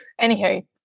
anywho